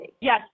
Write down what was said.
Yes